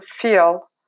feel